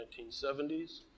1970s